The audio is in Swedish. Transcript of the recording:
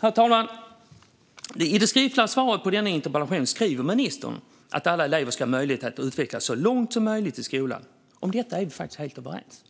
Herr talman! I det skriftliga svaret på denna interpellation skriver ministern att alla elever ska ha möjlighet att utvecklas så långt som möjligt i skolan. Om detta är vi faktiskt helt överens.